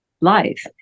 life